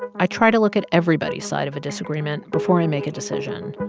i try to look at everybody's side of a disagreement before i make a decision.